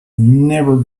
never